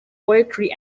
poetry